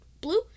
blue